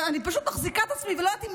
אני פשוט מחזיקה את עצמי ולא יודעת,